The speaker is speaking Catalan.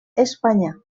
espanya